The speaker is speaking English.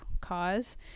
cause